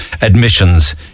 admissions